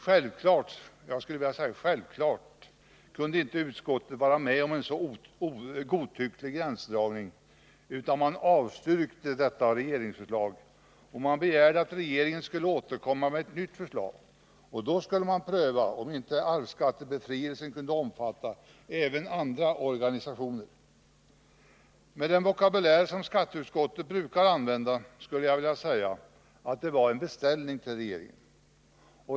Självfallet kunde utskottet inte vara med om en så godtycklig gränsdragning utan avstyrkte detta regeringsförslag. Utskottet begärde att regeringen skulle återkomma med ett nytt förslag. Då skulle man pröva om inte arvsskattebefrielsen kunde omfatta även andra organisationer. Med den vokabulär som skatteutskottet brukar använda skulle jag vilja säga att det var en beställning till regeringen.